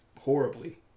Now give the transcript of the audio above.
horribly